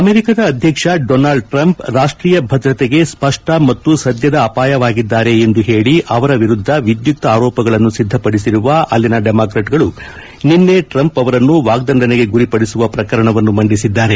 ಅಮೆರಿಕದ ಅಧ್ಯಕ್ಷ Donald Trump ರಾಷ್ಟೀಯ ಭದ್ರತೆಗೆ ಸ್ಲಷ್ಷ ಮತ್ತು ಸದ್ಯದ ಅಪಾಯವಾಗಿದ್ದಾರೆ ಎಂದು ಹೇಳಿ ಅವರ ವಿರುದ್ದ ವಿದ್ಯುಕ್ತ ಆರೋಪಗಳನ್ನು ಸಿದ್ದಪಡಿಸಿರುವ ಅಲ್ಲಿನ ಡೆಮಾಕ್ರಾಟ್ಗಳು ನಿನ್ನೆ ಟ್ರಂಪ್ ಅವರನ್ನು ವಾಗ್ದಂಡನೆಗೆ ಗುರಿಪಡಿಸುವ ಪ್ರಕರಣವನ್ನು ಮಂಡಿಸಿದ್ದಾರೆ